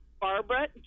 Barbara